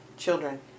children